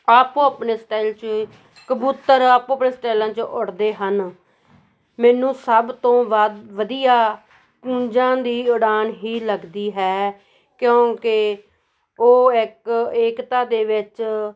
ਆਪੋ ਆਪਣੇ ਸਟਾਈਲ 'ਚ ਕਬੂਤਰ ਆਪੋ ਆਪਣੇ ਸਟੈਲਾ ਚ ਉੱਡਦੇ ਹਨ ਮੈਨੂੰ ਸਭ ਤੋਂ ਵੱਧ ਵਧੀਆ ਕੂੰਜਾਂ ਦੀ ਉਡਾਨ ਹੀ ਲੱਗਦੀ ਹੈ ਕਿਉਂਕਿ ਉਹ ਇੱਕ ਏਕਤਾ ਦੇ ਵਿੱਚ